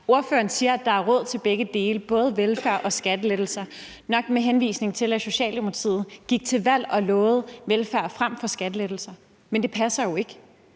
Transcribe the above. ordføreren siger, at der er råd til begge dele, både velfærd og skattelettelser – nok med henvisning til at Socialdemokratiet gik til valg på og lovede velfærd frem for skattelettelser – men det passer jo ikke.